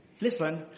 listen